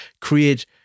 create